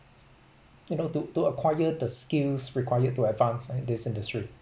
you know to to acquire the skills required to advance in this industry